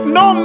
no